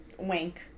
Wink